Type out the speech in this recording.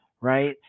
right